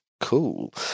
cool